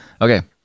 Okay